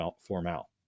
Formal